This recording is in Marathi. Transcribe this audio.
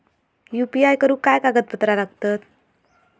यू.पी.आय करुक काय कागदपत्रा लागतत?